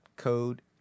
Code